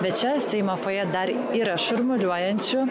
bet čia seimo fojė dar yra šurmuliuojančių